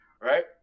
right